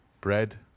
bread